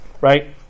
right